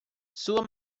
sua